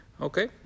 Okay